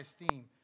esteem